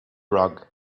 rug